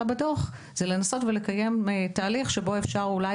בדוח זה לנסות ולקיים תהליך שבו אפשר אולי